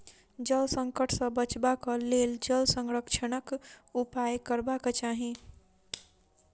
जल संकट सॅ बचबाक लेल जल संरक्षणक उपाय करबाक चाही